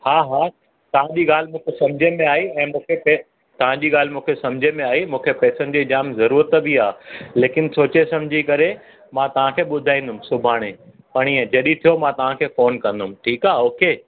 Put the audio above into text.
हा हा तव्हां जी ॻाल्हि मूंखे समुझ में आई ऐं मूंखे तव्हां जी ॻाल्हि मूंखे समुझ में आई मूंखे पैसनि जी जाम ज़रूरत बि आहे लेकिन सोचे समुझी करे मां तव्हां खे ॿुधाईंदुमि सुभाणे परीहं जॾहिं थियो फ़ोन कंदुमि ठीक आहे ओके